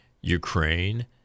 Ukraine